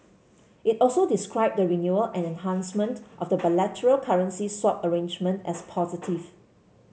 it also described the renewal and enhancement of the bilateral currency swap arrangement as positive